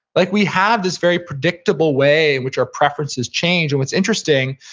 like, we have this very predictable way in which our preferences change, and what's interesting,